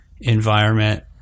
environment